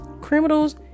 criminals